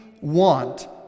want